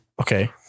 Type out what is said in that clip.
Okay